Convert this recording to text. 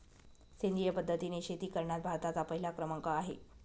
सेंद्रिय पद्धतीने शेती करण्यात भारताचा पहिला क्रमांक आहे